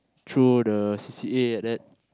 through the C_C_A like that